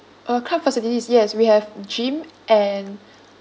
uh club facilities yes we have gym and